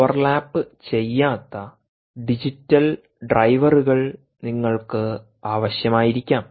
ഓവർലാപ്പുചെയ്യാത്ത digital ഡ്രൈവറുകൾ നിങ്ങൾക്ക് ആവശ്യമായിരിക്കാം